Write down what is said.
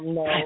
no